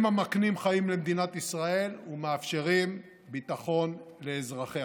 הם המקנים חיים למדינת ישראל ומאפשרים ביטחון לאזרחיה.